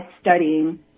studying